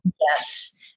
Yes